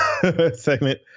segment